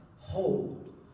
hold